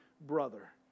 brother